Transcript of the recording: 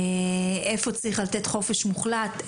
איפה צריך לתת חופש מוחלט,